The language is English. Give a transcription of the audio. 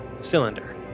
cylinder